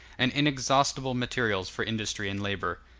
and inexhaustible materials for industry and labor.